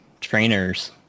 trainers